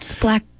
Black